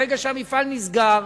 ברגע שהמפעל נסגר,